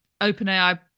OpenAI